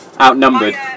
Outnumbered